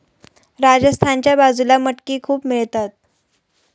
राजस्थानच्या बाजूला मटकी खूप मिळतात